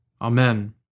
Amen